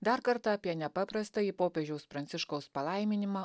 dar kartą apie nepaprastąjį popiežiaus pranciškaus palaiminimą